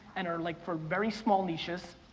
and are like for very small niches.